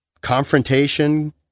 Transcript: confrontation